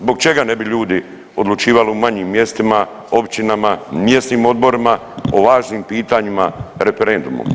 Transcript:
Zbog čega ne bi ljudi odlučivali u manjim mjestima, općinama, mjesnim odborima o važnim pitanjima referendumom?